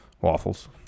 Waffles